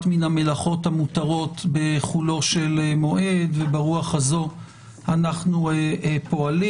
מהמלאכות המותרות בחולו של מועד וברוח הזו אנחנו פועלים.